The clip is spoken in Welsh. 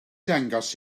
dangos